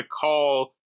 call